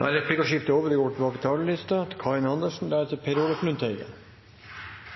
Dermed er replikkordskiftet over. De